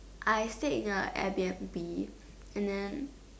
I stayed in the Airbnb and then